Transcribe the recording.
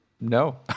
No